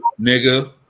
nigga